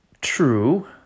True